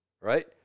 right